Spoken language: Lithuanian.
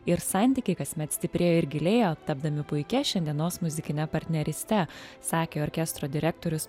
ir santykiai kasmet stiprėjo ir gilėjo tapdami puikia šiandienos muzikine partneryste sakė orkestro direktorius